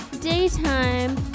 daytime